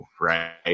right